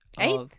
eight